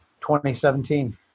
2017